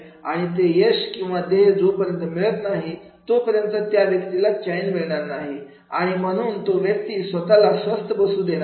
आणि ते यश किंवा ध्येय जोपर्यंत मिळत नाही तोपर्यंत त्या व्यक्तीला चैन मिळणार नाही आणि म्हणून तो व्यक्ती स्वतःला स्वस्थ बसू देणार नाही